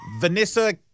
Vanessa